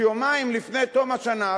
שיומיים לפני תום השנה,